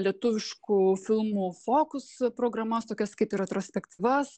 lietuviškų filmų fokus programas tokias kaip ir retrospektyvas